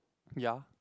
ya